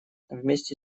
вместе